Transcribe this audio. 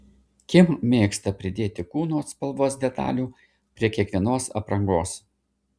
kim mėgsta pridėti kūno spalvos detalių prie kiekvienos aprangos